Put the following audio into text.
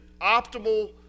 optimal